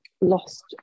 lost